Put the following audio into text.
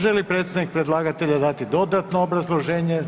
Želi li predstavnik predlagatelja dati dodatno obrazloženje?